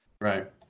Right